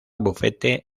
bufete